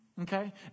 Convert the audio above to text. Okay